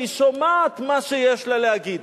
והיא שומעת מה שיש לה להגיד.